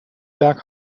back